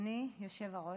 אדוני היושב-ראש,